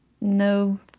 no